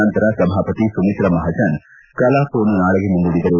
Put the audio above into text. ನಂತರ ಸಭಾಪತಿ ಸುಮಿತ್ರಾ ಮಹಾಜನ್ ಕಲಾಪವನ್ನು ನಾಳೆಗೆ ಮುಂದೂಡಿದರು